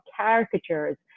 caricatures